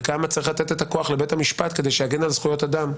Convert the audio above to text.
וכמה צריך לתת את הכוח לבית המשפט כדי שיגן על זכויות אדם,